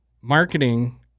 marketing